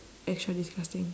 extra disgusting